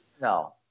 No